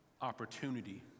opportunity